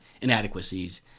inadequacies